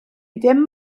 ddim